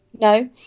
No